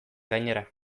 gainera